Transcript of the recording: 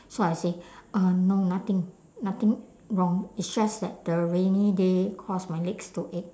so I say uh no nothing nothing wrong it's just that the rainy day cause my legs to ache